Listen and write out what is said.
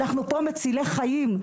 אנחנו פה מצילי חיים.